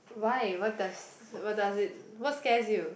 why what does what does it what scares you